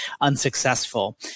unsuccessful